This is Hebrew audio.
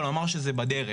הוא אמר שזה בדרך.